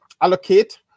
allocate